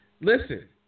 Listen